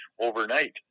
overnight